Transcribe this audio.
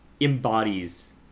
embodies